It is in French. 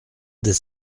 des